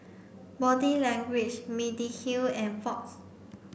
Body Language Mediheal and Fox